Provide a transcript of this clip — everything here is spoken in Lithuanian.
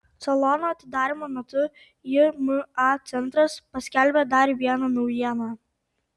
salono atidarymo metu jma centras paskelbė dar vieną naujieną